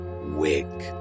wig